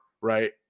right